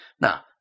now